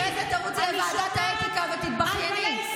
אחרי זה תרוצי לוועדת האתיקה ותתבכייני.